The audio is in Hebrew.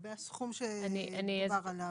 לגבי הסכום שדובר עליו?